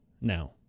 now